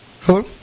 Hello